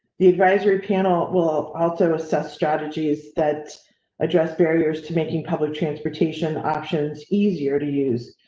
the advisory panel will ah also assess strategies that address barriers to making public transportation options easier to use,